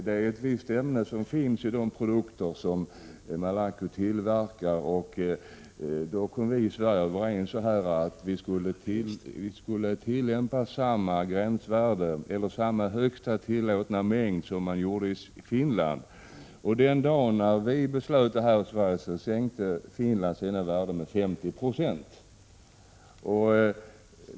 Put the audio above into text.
Det finns ett visst ämne i de produkter som Malaco tillverkar. I Sverige kom man då överens om att man skulle tillämpa samma högsta tillåtna mängd som man gjorde i Finland. Den dag vi fattade beslut om detta i Sverige sänkte Finland den högsta tillåtna mängden med 50 9.